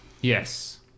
Yes